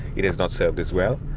it has not served us well,